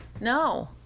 No